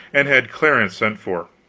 and had clarence sent for.